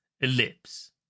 Ellipse